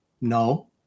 No